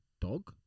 dog